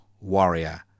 warrior